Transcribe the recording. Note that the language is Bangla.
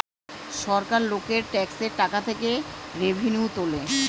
সরকার লোকের ট্যাক্সের টাকা থেকে রেভিনিউ তোলে